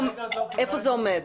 איפה זה עומד?